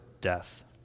death